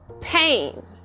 pain